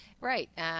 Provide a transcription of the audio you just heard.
Right